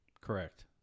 Correct